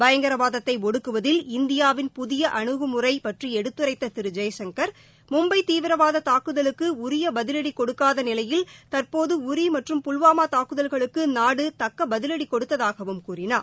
பயங்கரவாதத்தை ஒடுக்குவதில் இந்தியாவின் புதிய அனுகுமுறைப் பற்றி எடுத்துரைத்த திரு ஜெய்சங்கள் மும்பை தீவிரவாத தாக்குதலுக்கு உரிய பதிவடி கொடுக்காத நிலையில் தற்போது உரி மற்றும் புல்வாமா தாக்குதல்களுக்கு நாடு தக்க பதிலடி கொடுத்ததாகவும் கூறினார்